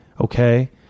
Okay